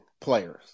players